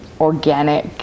organic